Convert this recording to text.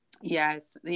Yes